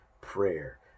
prayer